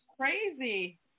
crazy